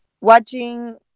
watching